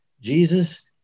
Jesus